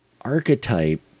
archetype